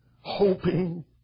hoping